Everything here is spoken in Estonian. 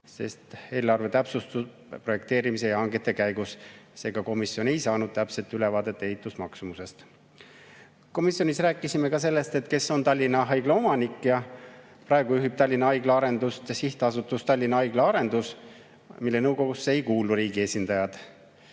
sest eelarve täpsustub projekteerimise ja hangete käigus. Seega komisjon ei saanud täpset ülevaadet ehitusmaksumusest. Komisjonis rääkisime ka sellest, kes oleks Tallinna Haigla omanik. Praegu juhib Tallinna Haigla arendust Sihtasutus Tallinna Haigla Arendus, mille nõukogusse ei kuulu riigi esindajad.